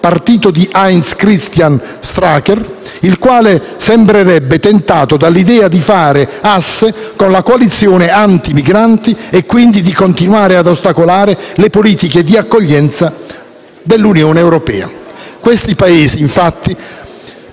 partito di Heinz-Christian Strache, il quale sembrerebbe tentato dall'idea di fare asse con la coalizione antimigranti e quindi di continuare ad ostacolare le politiche di accoglienze dell'Unione europea. Questi Paesi, infatti,